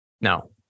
No